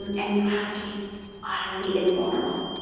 and and you have to be utterly invulnerable.